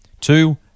two